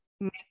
Make